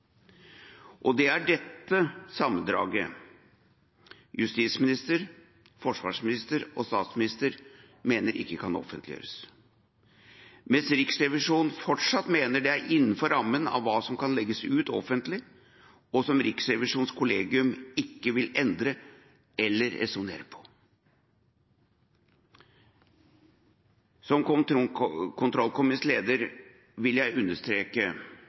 debatteres. Det er dette sammendraget justisminister, forsvarsminister og statsminister mener ikke kan offentliggjøres, mens Riksrevisjonen fortsatt mener det er innenfor rammen av hva som kan legges ut offentlig, og som Riksrevisjonens kollegium ikke vil endre eller renonsere på. Som kontrollkomiteens leder vil jeg understreke